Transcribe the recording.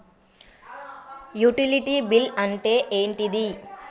Utility bill అంటే ఏంటిది?